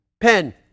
pen